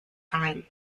time